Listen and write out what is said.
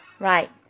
Right